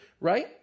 right